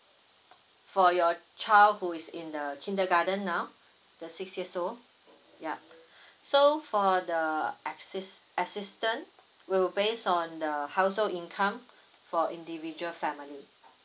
for your child who is in the kindergarten now the six years old yup so for the assist~ assistance will based on the household income for individual family